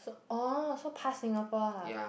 so orh so pass Singapore lah